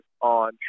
on